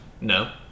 no